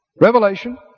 Revelation